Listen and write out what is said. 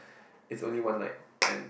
it's only one night and